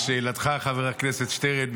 לשאלתך, חבר הכנסת שטרן.